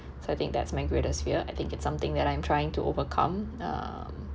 so I think that's my greatest fear I think it's something that I'm trying to overcome um